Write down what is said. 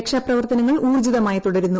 രക്ഷാപ്രവർത്തനങ്ങൾ ഉളർജിതമായി തുടരുന്നു